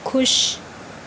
ਖੁਸ਼